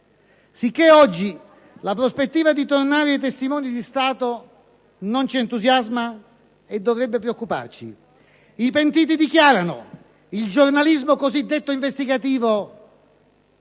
Sicché oggi la prospettiva di tornare ai testimoni di Stato non ci entusiasma e dovrebbe preoccuparci: i pentiti dichiarano, il giornalismo cosiddetto investigativo